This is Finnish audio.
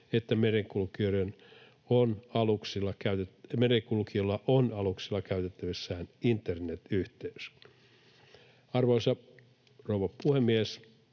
että merenkulkijoilla on aluksilla käytettävissään internetyhteys. Arvoisa rouva puhemies!